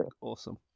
awesome